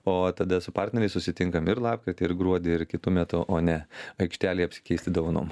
o tada su partneriais susitinkam ir lapkritį ir gruodį ir kitu metu o ne aikštelėj apsikeisti dovanom